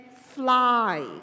fly